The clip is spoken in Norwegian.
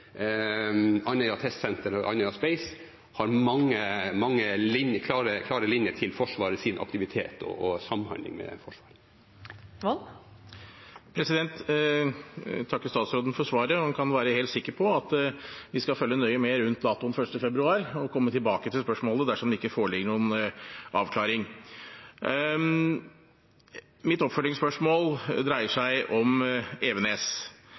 Andøya Test Center og Andøya Space Center har mange klare linjer til Forsvarets aktivitet og samhandling med Forsvaret. Jeg takker statsråden for svaret, og han kan være helt sikker på at vi skal følge nøye med rundt datoen 1. februar og komme tilbake til spørsmålet dersom det ikke foreligger noen avklaring. Mitt oppfølgingsspørsmål dreier seg om Evenes.